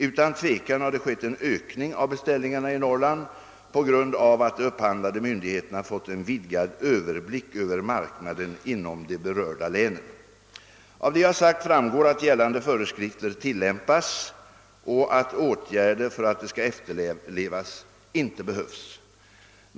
Utan tvivel har det skett en ökning av beställningarna i Norrland på grund av att de upphandlande myndigheterna fått en vidgad överblick över marknaden inom de berörda länen. Av det jag sagt framgår att gällande föreskrifter tillämpas och att åtgärder för att de skall efterlevas inte behövs.